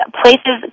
places